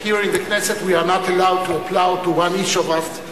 Here in the Knesset we are not allowed to applaud to any of us,